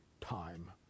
time